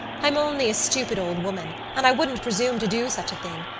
i'm only a stupid old woman and i wouldn't presume to do such a thing.